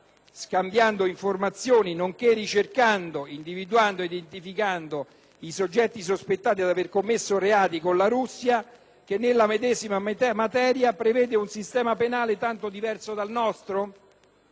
scambiando informazioni, nonché ricercando, individuando ed identificando i soggetti sospettati di aver commesso reati, con la Russia che nella medesima materia prevede un sistema penale tanto diverso dal nostro?